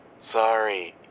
sorry